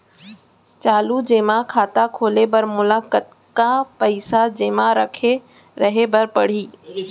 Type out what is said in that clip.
चालू जेमा खाता खोले बर मोला कतना पइसा जेमा रखे रहे बर पड़ही?